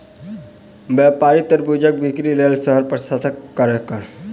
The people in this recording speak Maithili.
व्यापारी तरबूजक बिक्री लेल शहर प्रस्थान कयलक